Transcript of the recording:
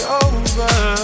over